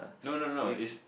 no no no it's